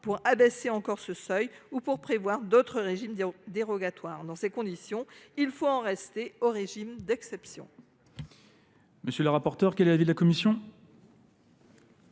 pour abaisser encore ce seuil ou pour prévoir d’autres régimes dérogatoires. Dans ces conditions, il convient d’en rester au régime d’exception.